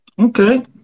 Okay